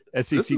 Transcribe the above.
SEC